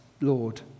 Lord